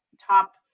top